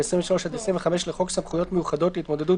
ו- 23 עד 25 לחוק סמכויות מיוחדות להתמודדות